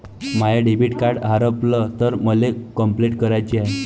माय debit card हारवल तर मले कंपलेंट कराची हाय